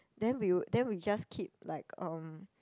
then we would then we just keep like um